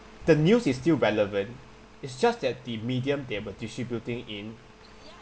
the news is still relevant it's just that the medium they were distributing in